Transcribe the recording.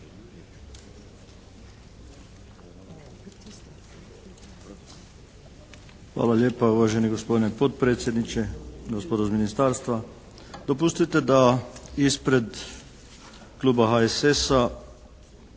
Hvala lijepa, uvaženi gospodine potpredsjedniče, gospodo iz ministarstva. Dopustite da ispred Kluba HSS-a